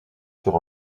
sur